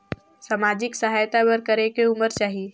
समाजिक सहायता बर करेके उमर चाही?